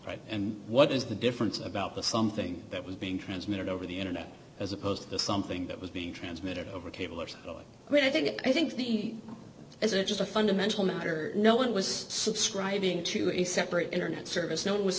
right and what is the difference about the something that was being transmitted over the internet as opposed to something that was being transmitted over cable which is when i think i think the as a just a fundamental matter no one was subscribing to a separate internet service known was